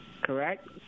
correct